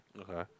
Okay